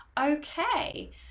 Okay